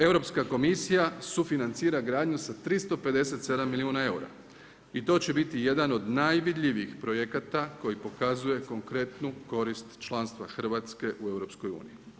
Europska komisija sufinancira gradnju sa 357 milijuna eura i to će biti jedan od najvidljivijih projekata koji pokazuje konkretnu korist članstva Hrvatske u EU-u.